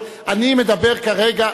אני מדבר כרגע,